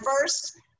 first